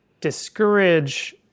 discourage